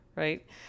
Right